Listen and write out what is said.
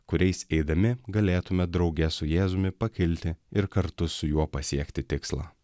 kuriais eidami galėtume drauge su jėzumi pakilti ir kartu su juo pasiekti tikslą